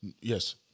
Yes